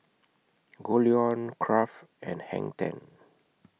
Goldlion Kraft and Hang ten